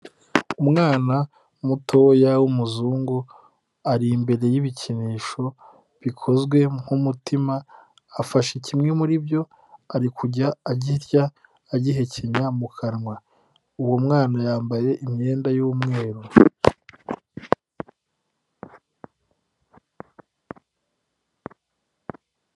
Umwana mutoya w'umuzungu ari imbere y'ibikinisho bikozwe nk'umutima, afashe kimwe muri byo ari kujya akirya agihekenya mu kanwa, uwo mwana yambaye imyenda y'umweru.